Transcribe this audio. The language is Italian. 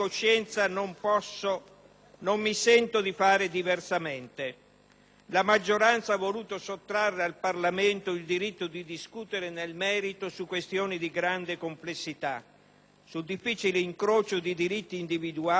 non mi sento di fare diversamente. La maggioranza ha voluto sottrarre al Parlamento il diritto di discutere nel merito su questioni di grande complessità, sul difficile incrocio di diritti individuali e di valori collettivi,